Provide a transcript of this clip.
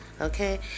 okay